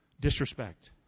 disrespect